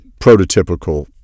prototypical